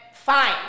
Fine